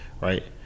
right